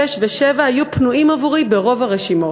שש ושבע היו פנויים עבורי ברוב הרשימות.